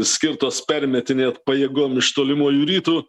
skirtos permetinėt pajėgom iš tolimųjų rytų